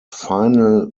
final